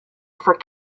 for